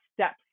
steps